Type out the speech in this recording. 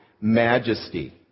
majesty